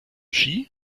ski